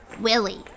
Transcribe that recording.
Willie